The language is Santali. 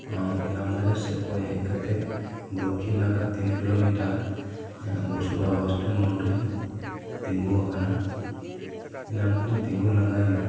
ᱟᱢ ᱤᱞᱟᱢᱵᱟᱡᱟᱨ ᱥᱮᱫ ᱠᱷᱚᱱ ᱦᱮᱡ ᱠᱟᱛᱮᱫ ᱫᱚᱠᱠᱷᱤᱱ ᱱᱟᱠᱷᱟ ᱛᱤᱱ ᱠᱤᱞᱳᱢᱤᱴᱟᱨ ᱵᱚᱥᱩᱫᱷᱟ ᱵᱟᱥᱴᱮᱱᱰ ᱢᱳᱲ ᱨᱮᱧ ᱛᱮᱹᱜᱳᱣᱟᱠᱟᱱᱟ ᱮᱱᱟᱱ ᱠᱷᱚᱱ ᱤᱧ ᱛᱮᱜᱳ ᱞᱟᱜᱟ ᱮᱱᱟ